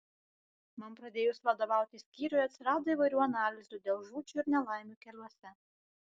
man pradėjus vadovauti skyriui atsirado įvairių analizių dėl žūčių ir nelaimių keliuose